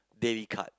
daily cut